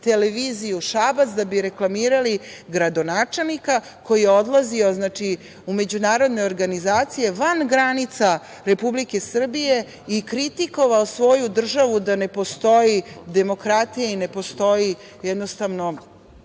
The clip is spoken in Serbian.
televiziju Šabac da bi reklamirali gradonačelnika koji je odlazio u međunarodne organizacije van granica Republike Srbije i kritikova svoju državu da ne postoji demokratija i ne postoji, jednostavno,